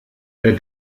der